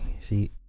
See